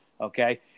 Okay